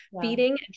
Feeding